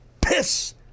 piss